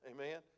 amen